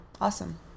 Awesome